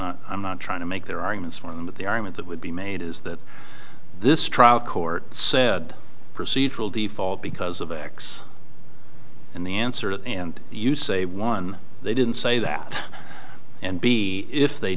made i'm not trying to make their arguments for them but the argument that would be made is that this trial court said procedural default because of x and the answer and you say one they didn't say that and b if they